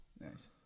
Nice